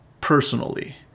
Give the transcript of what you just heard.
personally